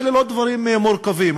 אלה לא דברים מורכבים.